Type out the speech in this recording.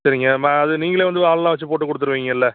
சரிங்க ம அது நீங்களே வந்து ஆளெலாம் வைச்சு போட்டுக் கொடுத்துருவீங்கல்ல